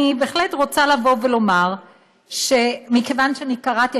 אני בהחלט רוצה לבוא ולומר שמכיוון שאני קראתי,